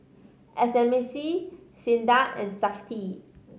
S M C SINDA and Safti